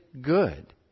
good